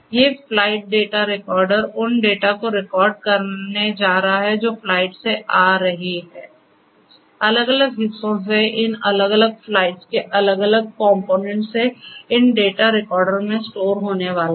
ये flight data recorder उन data को रिकॉर्ड करने जा रहे हैं जो फ्लाइट से आ रहे हैं अलग अलग हिस्सों से इन अलग अलग फ्लाइट्स के अलग अलग कंपोनेंट्स से इन डेटा रिकॉर्डर में स्टोर होने वाले हैं